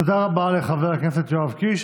תודה רבה לחבר הכנסת יואב קיש.